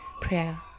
prayer